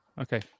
okay